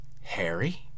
Harry